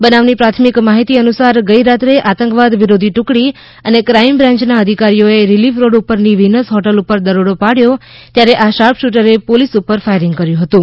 બનાવની પ્રાથમિક માહિતી અનુસાર ગઈરાત્રે આતંકવાદ વિરોધી ટુકડી અને ક્રાઇમ બ્રાન્યના અધિકારીઓએ રિલીફ રોડ ઉપરની વિનસ હોટલ ઉપર દરોડો પડ્યો ત્યારે આ શાર્પ શૂટરે પોલીસ ઉપર ફાયરિંગ કર્યું હતું